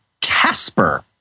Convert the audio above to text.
Casper